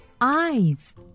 eyes